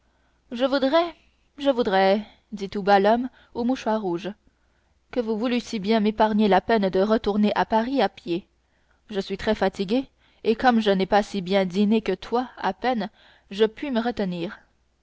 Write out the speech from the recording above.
je voudrais je voudrais dit tout bas l'homme au mouchoir rouge que vous voulussiez bien m'épargner la peine de retourner à paris à pied je suis très fatigué et comme je n'ai pas si bien dîné que toi à peine si je puis me tenir